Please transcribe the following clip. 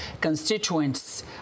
constituents